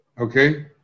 Okay